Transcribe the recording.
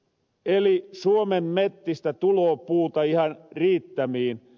eli suomen mettistä tuloo puuta ihan riittämiin